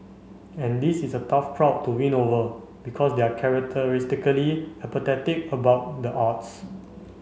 and this is a tough crowd to win over because they are characteristically apathetic about the arts